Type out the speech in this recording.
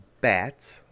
bats